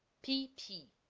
p. p.